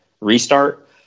restart